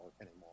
anymore